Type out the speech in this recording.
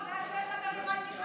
בגלל שיש לה מריבה עם מיכאל ביטון,